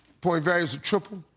point values are triple.